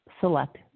select